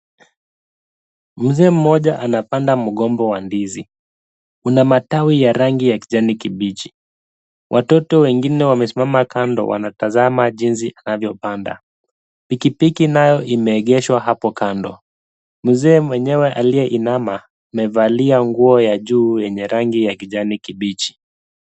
Mzee mmoja anapanda mgomba wa ndizi. Una matawi ya rangi ya kijani kibichi. Watoto wengine wamesimama kando wanatazama jinsi anavyopanda. Pikipiki nayo imeegeshwa hapo kando. Mzee mwenyewe aliyeinama amevalia nguo ya juu yenye rangi ya kijani kibichi.